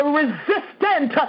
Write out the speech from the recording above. resistant